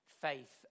faith